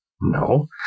No